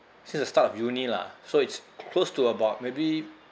since the start of uni lah so it's close to about maybe